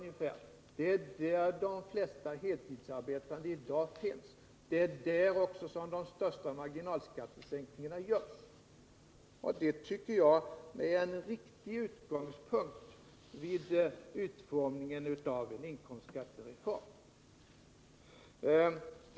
Det är alltså där de flesta heltidsarbetande i dag finns, och det är där som de största marginalskattesänkningarna görs. Det tycker jag är en riktig utgångspunkt vid utformningen av en inkomstskattereform.